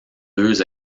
deux